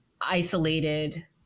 isolated